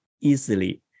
easily